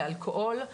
לאלכוהול,